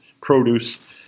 produce